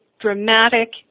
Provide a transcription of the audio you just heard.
dramatic